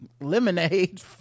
lemonade